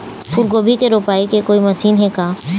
फूलगोभी के रोपाई के कोई मशीन हे का?